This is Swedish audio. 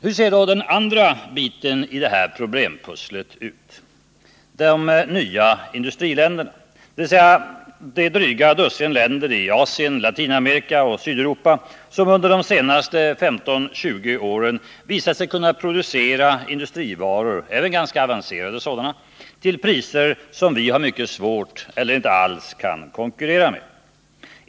Hur ser då den andra biten i detta problempussel ut: de nya industriländerna — dvs. det dryga dussin länder i Asien, Latinamerika och Sydeuropa som under de senaste 15-20 åren visat sig kunna producera även ganska avancerade industrivaror till priser som vi har svårt att konkurera med?